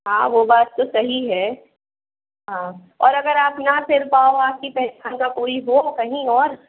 हाँ वो बात तो सही है हाँ और अगर आप ना सिल पाओ आपकी पहचान का कोई हो कहीं और